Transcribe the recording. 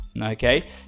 okay